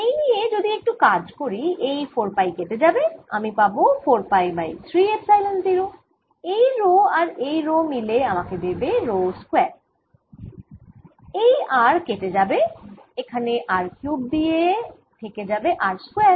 এই নিয়ে যদি একটু কাজ করি এই 4 পাই কেটে যাবে আমি পাবো 4 পাই বাই 3 এপসাইলন 0 এই 𝝆 আর এই 𝝆 মিলে আমাকে দেবে 𝝆 স্কয়ার এই r কেটে যাবে এখানে r কিউব দিয়ে থেকে যাবে r স্কয়ার